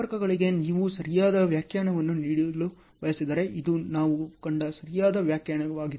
ಸಂಪರ್ಕಗಳಿಗೆ ನೀವು ಸರಿಯಾದ ವ್ಯಾಖ್ಯಾನವನ್ನು ನೀಡಲು ಬಯಸಿದರೆ ಇದು ನಾವು ಕಂಡ ಸರಿಯಾದ ವ್ಯಾಖ್ಯಾನವಾಗಿದೆ